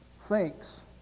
thinks